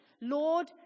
Lord